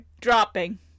dropping